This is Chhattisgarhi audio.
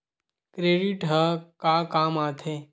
क्रेडिट ह का काम आथे?